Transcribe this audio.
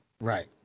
Right